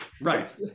right